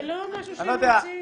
זה לא משהו שממציאים,